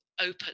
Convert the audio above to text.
open